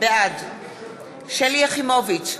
בעד שלי יחימוביץ,